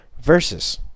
versus